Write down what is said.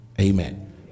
Amen